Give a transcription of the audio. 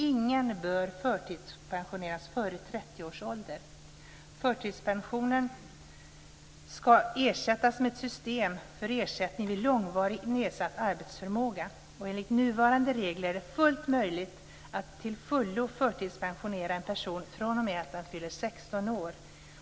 Ingen bör förtidspensioneras före 30 års ålder. Förtidspensionen ska ersättas med ett system för ersättning vid långvarigt nedsatt arbetsförmåga. Enligt nuvarande regler är det fullt möjligt att till fullo förtidspensionera en person från att den fyller 16 år.